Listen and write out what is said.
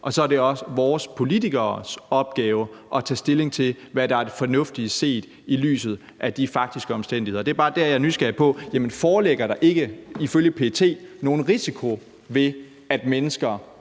og så er det politikernes opgave at tage stilling til, hvad der er fornuftigt set i lyset af de faktiske omstændigheder. Det er bare det, jeg er nysgerrig på. Foreligger der ikke ifølge PET nogen risiko, ved at mennesker,